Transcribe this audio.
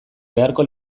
beharko